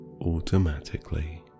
automatically